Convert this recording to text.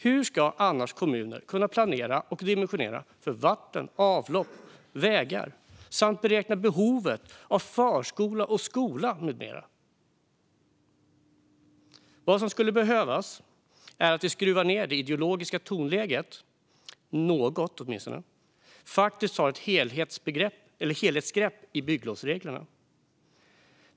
Hur ska kommuner annars kunna planera och dimensionera för vatten, avlopp och vägar samt beräkna behovet av förskola och skola med mera? Vad som skulle behövas är att vi skruvar ned det ideologiska tonläget något och tar ett helhetsgrepp om bygglovsreglerna.